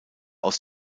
aus